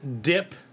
dip